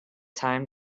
time